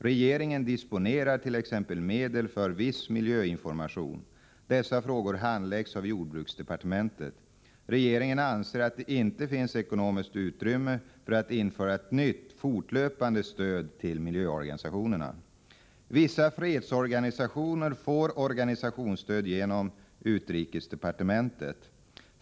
Regeringen disponerar t.ex. medel för viss miljöinformation. Dessa frågor handläggs av jordbruksdepartementet. Regeringen anser att det inte finns ekonomiskt utrymme för att införa ett nytt, fortlöpande stöd till miljöorganisationerna. Vissa fredsorganisationer får organisationsstöd genom utrikesdepartementet.